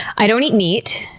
i don't eat meat.